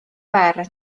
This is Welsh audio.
fer